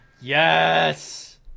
Yes